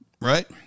Right